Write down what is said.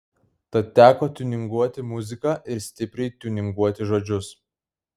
tad teko tiuninguoti muziką ir stipriai tiuninguoti žodžius